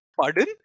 pardon